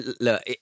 look